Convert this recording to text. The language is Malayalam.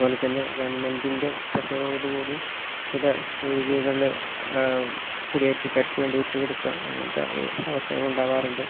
അതുപോലെ തന്നെ ഗവൺമെൻ്റിൻ്റെ പ്രഷറോടു കൂടി ചില ഏരിയകളിൽ കൂടിയേറ്റക്കാർക്കു വേണ്ടി വിട്ടു കെടുക്കുക അങ്ങനത്തെ അവസ്ഥകളുണ്ടാകാറുണ്ട്